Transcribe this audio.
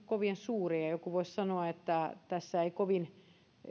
kovin suuria ja joku voisi sanoa että tässä ei kovin